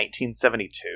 1972